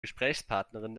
gesprächspartnerin